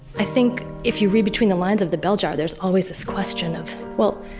i think if you read between the lines of the bell jar there's always this question of well.